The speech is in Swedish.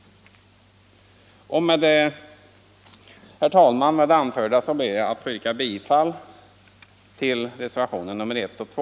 Herr talman! Med det anförda ber jag att få yrka bifall till reservationerna 1 och 2.